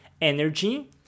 energy